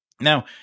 Now